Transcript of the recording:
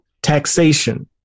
Taxation